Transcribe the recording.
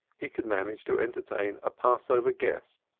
he could manage to entertain a passover guest,